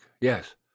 Yes